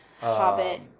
Hobbit